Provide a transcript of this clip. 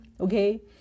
okay